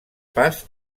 pas